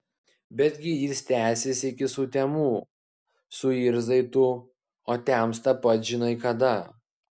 betgi jis tęsis iki sutemų suirzai tu o temsta pats žinai kada